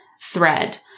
thread